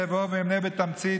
אעבור ואמנה בתמצית,